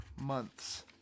months